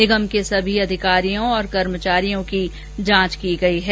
निगम के सभी अधिकारियों कर्मचारियों की जांच की गई है